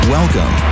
Welcome